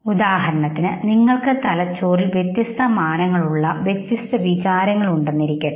ഉദാഹരണത്തിന് നിങ്ങൾക്ക് തലച്ചോറിൽ വ്യത്യസ്ത മാനങ്ങൾ ഉള്ള വ്യത്യസ്ത വികാരങ്ങളുണ്ട് എന്നിരിക്കട്ടെ